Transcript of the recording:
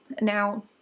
Now